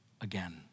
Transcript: again